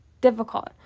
difficult